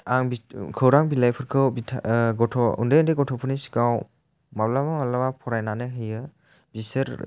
आं खौरां बिलाइफोरख उन्दै उन्दै गथ'फोरनि सिगाङाव माब्लाबा माब्लाबा फरायनानै होयो बिसोर